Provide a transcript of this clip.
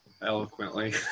eloquently